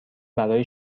برای